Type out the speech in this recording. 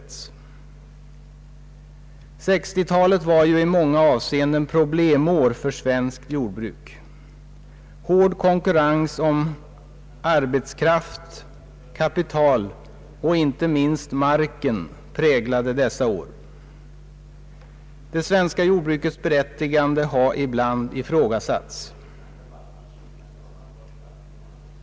1960-talet var ju i många avseenden problemår för svenskt jordbruk. Hård konkurrens om arbetskraft, kapital och inte minst marken präglade dessa år. Det svenska jordbrukets berättigande har ibland ifrågasatts.